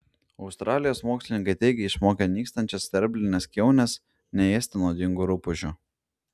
australijos mokslininkai teigia išmokę nykstančias sterblines kiaunes neėsti nuodingų rupūžių